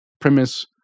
premise